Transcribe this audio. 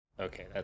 Okay